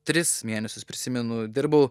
tris mėnesius prisimenu dirbau